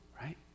right